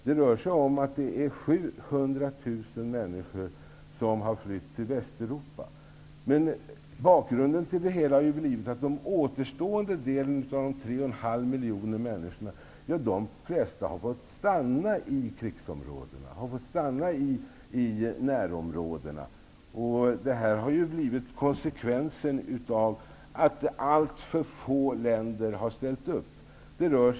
Det rör sig om att 700 000 människor har flytt till Västeuropa. Men bakgrunden till det hela har blivit att den återstående delen av dessa 3,5 miljoner människor har fått stanna i krigsområdena och i närområdena. Detta har blivit konsekvensen av att alltför få länder har ställt upp.